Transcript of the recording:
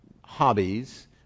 hobbies